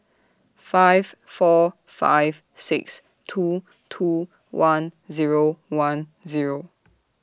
five four five six two two one Zero one Zero